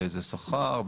באיזה שכר,